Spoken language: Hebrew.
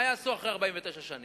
מה יעשו אחרי 49 שנים?